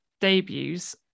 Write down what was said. debuts